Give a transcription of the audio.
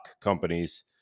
companies